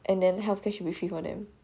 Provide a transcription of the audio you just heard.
and then healthcare should be free for them